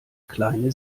kleine